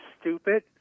stupid